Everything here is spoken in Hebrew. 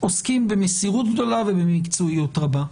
עוסקים במסירות גדולה ובמקצועיות רבה.